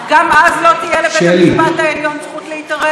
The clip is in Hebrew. גם אז לא תהיה לבית המשפט העליון זכות להתערב?